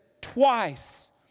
twice